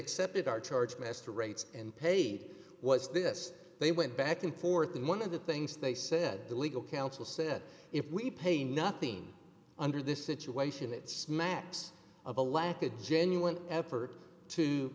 accepted our charge best rates and paid was this they went back and forth and one of the things they said the legal counsel said if we pay nothing under this situation it smacks of a lack of genuine effort to